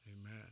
Amen